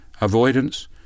Avoidance